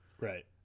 Right